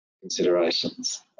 considerations